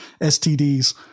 STDs